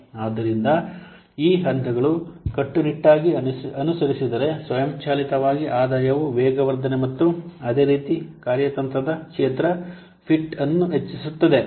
ಆದ್ದರಿಂದ ಆ ಹಂತಗಳು ಕಟ್ಟುನಿಟ್ಟಾಗಿ ಅನುಸರಿಸಿದರೆ ಸ್ವಯಂಚಾಲಿತವಾಗಿ ಆದಾಯವು ವೇಗವರ್ಧನೆ ಮತ್ತು ಅದೇ ರೀತಿ ಕಾರ್ಯತಂತ್ರದ ಕ್ಷೇತ್ರ ಫಿಟ್ ಅನ್ನು ಹೆಚ್ಚಿಸುತ್ತದೆ